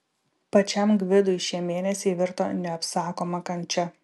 pačiam gvidui šie mėnesiai virto neapsakoma kančia